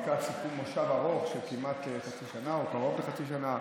לקראת סיכום מושב ארוך של כמעט חצי שנה או קרוב לחצי שנה,